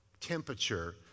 temperature